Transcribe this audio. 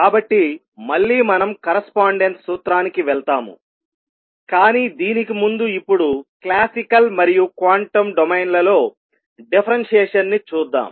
కాబట్టి మళ్ళీ మనం కరస్పాండెన్స్ సూత్రానికి వెళ్తాము కానీ దీనికి ముందు ఇప్పుడు క్లాసికల్ మరియు క్వాంటం డొమైన్లలో డిఫరెన్షియేషన్ ని చూద్దాం